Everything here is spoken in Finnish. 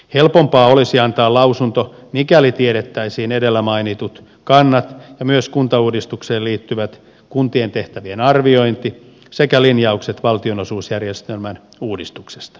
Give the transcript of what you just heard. helpompaa olisi antaa lausunto mikäli tiedettäisiin edellä mainitut kannat ja myös kuntauudistukseen liittyvät kuntien tehtävien arviointi sekä linjaukset valtionosuusjärjestelmän uudistuksesta